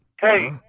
hey